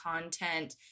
content